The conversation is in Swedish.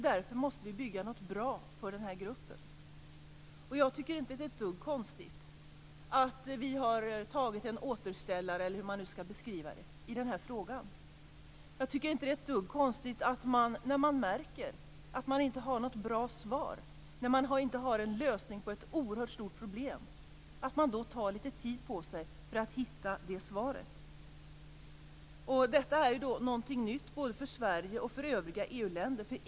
Därför måste vi bygga något bra för den gruppen. Jag tycker inte att det är ett dugg konstigt att vi har tagit en återställare, eller hur man nu skall beskriva det, i den här frågan. Jag tycker inte att det är ett dugg konstigt att man när man märker att man inte har något bra svar, inte har en lösning på ett oerhört stort problem, tar litet tid på sig för att hitta det svaret. Detta är någonting nytt både för Sverige och för övriga EU-länder.